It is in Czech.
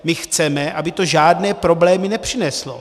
My chceme, aby to žádné problémy nepřineslo.